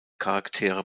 charaktere